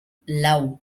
lau